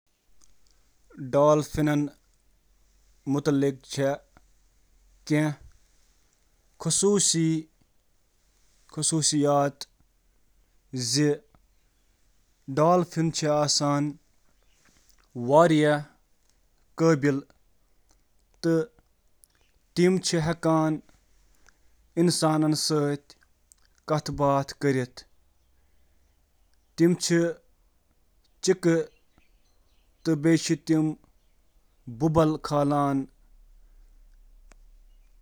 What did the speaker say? Dolphin چھِ سمندری تھنہٕ دار جانور یِم ہوہَس منٛز شاہ چھِ نِوان تہٕ زِنٛدٕ جوان چھِ زٮ۪وان۔ تِم چھِ سمٲجی طور ہنرمند، ذہین، چست، خوشی تہٕ چنچل آسان۔